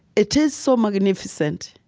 it is so magnificent,